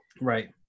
right